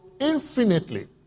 infinitely